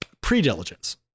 pre-diligence